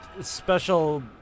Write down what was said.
special